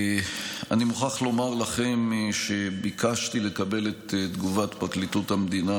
אני מוכרח לומר לכם שביקשתי לקבל את תגובת פרקליטות המדינה